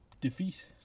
defeat